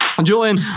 Julian